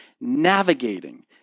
navigating